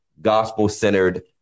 gospel-centered